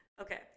Okay